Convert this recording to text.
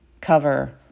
cover